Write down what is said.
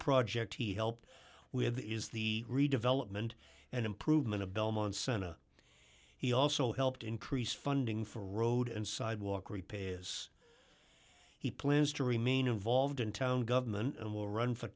project he helped with is the redevelopment and improvement of belmont sena he also helped increase funding for road and sidewalk repay is he plans to remain involved in town government and will run